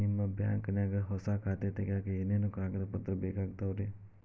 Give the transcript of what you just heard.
ನಿಮ್ಮ ಬ್ಯಾಂಕ್ ನ್ಯಾಗ್ ಹೊಸಾ ಖಾತೆ ತಗ್ಯಾಕ್ ಏನೇನು ಕಾಗದ ಪತ್ರ ಬೇಕಾಗ್ತಾವ್ರಿ?